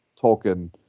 Tolkien